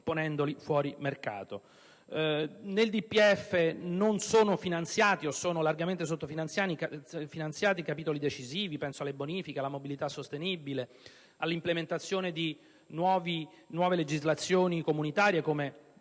largamente sottofinanziati capitoli decisivi: penso alle bonifiche, alla mobilità sostenibile, all'implementazione di nuove legislazioni comunitarie come